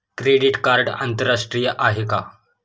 Credit card आंतरराष्ट्रीय आहे का?